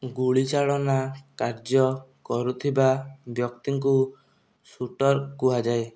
ଗୁଳିଚାଳନା କାର୍ଯ୍ୟ କରୁଥିବା ବ୍ୟକ୍ତିଙ୍କୁ ସୁଟର୍ କୁହାଯାଏ